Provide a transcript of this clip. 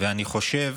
אני חושב